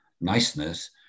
niceness